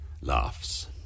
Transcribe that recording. laughs